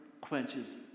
quenches